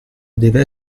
deve